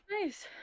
nice